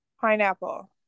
Pineapple